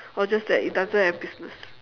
or just that it doesn't have business